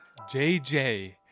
JJ